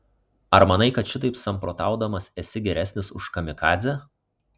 ar manai kad šitaip samprotaudamas esi geresnis už kamikadzę